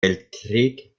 weltkrieg